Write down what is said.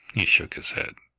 he shook his head.